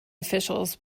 officials